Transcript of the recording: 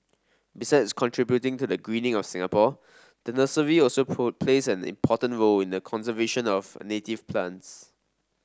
besides contributing to the greening of Singapore the nursery also plays an important role in the conservation of native plants